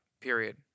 period